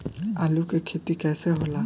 आलू के खेती कैसे होला?